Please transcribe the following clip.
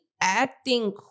acting